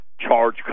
charge